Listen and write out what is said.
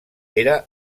era